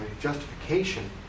justification